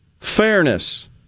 fairness